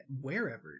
wherever